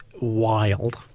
wild